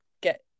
get